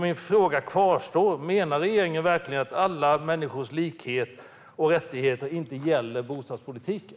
Min fråga kvarstår alltså: Menar regeringen verkligen att alla människors lika värde och rättigheter inte gäller bostadspolitiken?